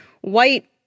white